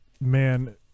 man